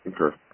Okay